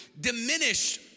diminish